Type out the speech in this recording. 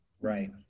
Right